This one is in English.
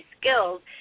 skills